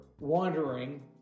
wandering